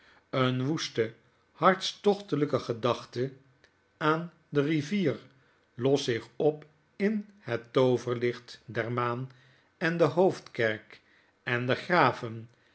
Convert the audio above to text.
een woeste hartstochtelijke gedachte aan de rivier lost zich op in het tooverlichtdermaan en de hoofdkerk en de graven